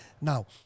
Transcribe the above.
Now